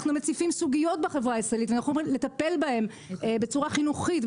אנחנו מציפים סוגיות בחברה הישראלית ומנסים לטפל בהן בצורה חינוכית,